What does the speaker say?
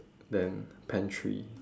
then pantry